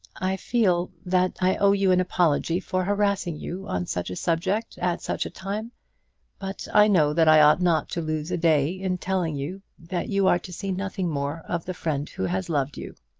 i feel that i owe you an apology for harassing you on such a subject at such a time but i know that i ought not to lose a day in telling you that you are to see nothing more of the friend who has loved you.